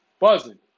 buzzing